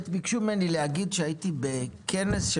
האמת ביקשו ממני להגיד שהייתי בכנס של